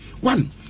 One